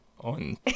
on